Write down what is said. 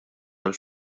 tal